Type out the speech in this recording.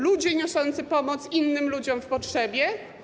Ludzie niosący pomoc innym ludziom w potrzebie?